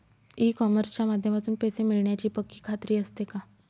E कॉमर्सच्या माध्यमातून पैसे मिळण्याची पक्की खात्री असते का?